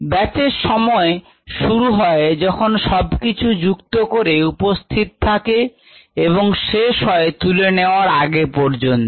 ব্যাচের সময় শুরু হয় যখন সবকিছু যুক্ত করে উপস্থিত থাকে এবং শেষ হয় তুলে নেওয়ার আগে পর্যন্ত